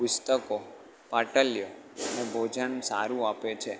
પુસ્તકો પાટલીઓ ને ભોજન સારું આપે છે